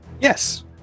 Yes